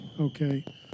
okay